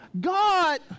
God